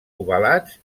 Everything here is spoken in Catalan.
ovalats